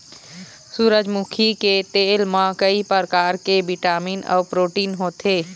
सूरजमुखी के तेल म कइ परकार के बिटामिन अउ प्रोटीन होथे